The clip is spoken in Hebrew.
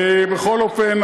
בכל אופן,